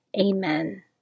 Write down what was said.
Amen